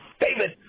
David